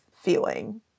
feeling